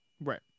Right